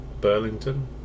Burlington